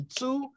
two